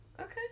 Okay